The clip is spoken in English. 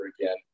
again